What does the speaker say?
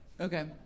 Okay